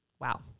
Wow